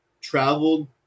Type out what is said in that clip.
traveled